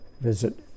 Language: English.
visit